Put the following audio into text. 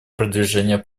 продвижение